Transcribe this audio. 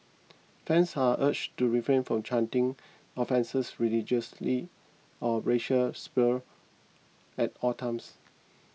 fans are urged to refrain from chanting offensive religious or racial slurs at all times